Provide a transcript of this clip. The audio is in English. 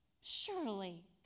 surely